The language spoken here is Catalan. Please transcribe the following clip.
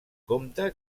compte